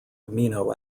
amino